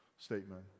statement